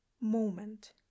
moment